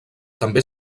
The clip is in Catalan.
també